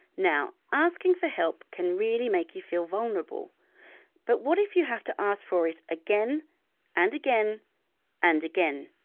now asking for help can really make you feel vulnerable but what if you have to ask for it again and again and again?